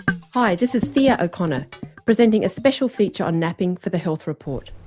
hi, this is thea o'connor presenting a special feature on napping for the health report.